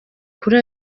kuri